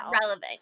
relevant